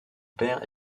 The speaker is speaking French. père